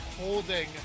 holding